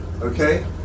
okay